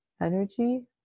energy